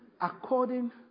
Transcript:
According